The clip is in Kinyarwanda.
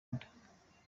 inda